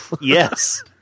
Yes